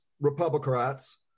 Republicans